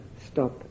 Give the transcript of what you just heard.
stop